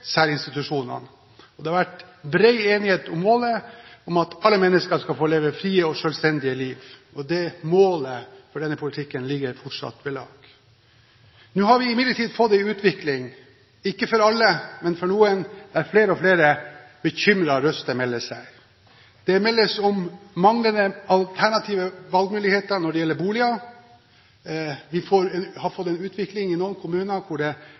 og det har vært bred enighet om målet om at alle mennesker skal få leve frie og selvstendige liv. Dette målet for denne politikken står fortsatt ved lag. Nå har vi imidlertid fått en utvikling, ikke for alle, men for noen, der flere og flere bekymrede røster melder seg. Det meldes om manglende alternative valgmuligheter når det gjelder boliger. Vi har fått en utvikling i noen kommuner hvor det